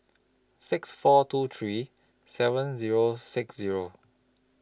six four two three seven Zero six Zero